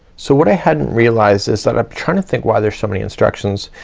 so what i hadn't realized is that i'm trying to think why there's so many instructions.